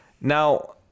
Now